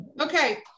okay